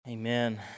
Amen